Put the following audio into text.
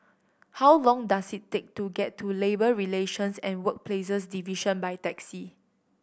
how long does it take to get to Labour Relations and Workplaces Division by taxi